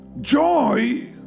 Joy